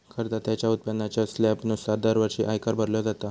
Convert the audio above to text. करदात्याच्या उत्पन्नाच्या स्लॅबनुसार दरवर्षी आयकर भरलो जाता